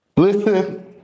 Listen